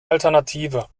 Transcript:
alternative